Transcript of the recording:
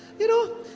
you know?